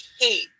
hate